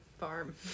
Farm